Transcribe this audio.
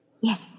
Yes